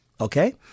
okay